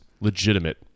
legitimate